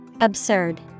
Absurd